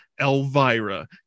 Elvira